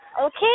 Okay